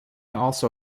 also